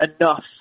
enough